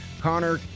Connor